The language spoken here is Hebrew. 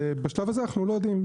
בשלב הזה אנחנו לא יודעים,